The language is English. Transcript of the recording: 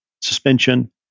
suspension